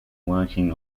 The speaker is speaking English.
working